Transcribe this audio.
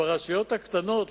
ברשויות הקטנות,